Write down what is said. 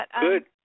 Good